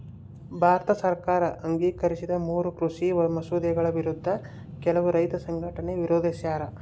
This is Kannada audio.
ಭಾರತ ಸರ್ಕಾರ ಅಂಗೀಕರಿಸಿದ ಮೂರೂ ಕೃಷಿ ಮಸೂದೆಗಳ ವಿರುದ್ಧ ಕೆಲವು ರೈತ ಸಂಘಟನೆ ವಿರೋಧಿಸ್ಯಾರ